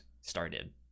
started